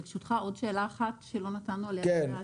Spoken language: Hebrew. ברשותך, עוד שאלה אחת שלא נתנו עליה את הדעת,